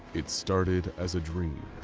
it started as a dream.